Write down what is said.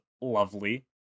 lovely